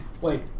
Wait